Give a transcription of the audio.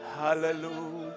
Hallelujah